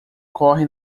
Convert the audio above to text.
corre